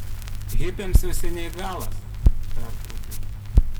hipiams jau seniai galas pertraukiau